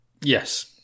Yes